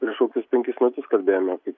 prieš kokius penkis metus kalbėjome kaip